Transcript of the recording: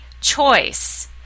choice